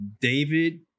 David